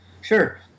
Sure